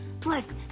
plus